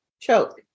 Choke